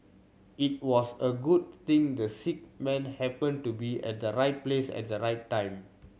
it was a good thing the sick man happened to be at the right place at the right time